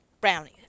brownie